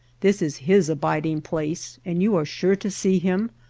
this is his abiding-place, and you are sure to see him,